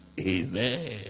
Amen